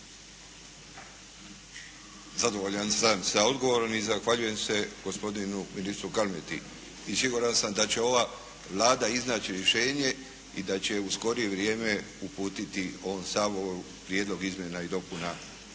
Zadovoljan sam sa odgovorom i zahvaljujem se gospodinu ministru Kalmeti i siguran sam da će ova Vlada iznaći rješenje i da će u skorije vrijeme uputiti ovom Saboru prijedlog izmjena i dopuna